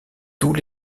tous